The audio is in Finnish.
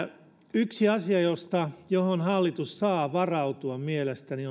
yksi asia johon hallitus saa varautua mielestäni